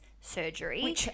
surgery